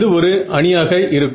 இது ஒரு அணியாக இருக்கும்